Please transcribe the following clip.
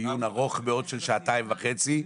דיון ארוך מאוד של שעתיים וחצי,